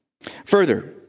Further